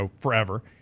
forever